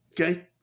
okay